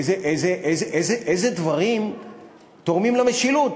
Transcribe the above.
אילו דברים תורמים למשילות?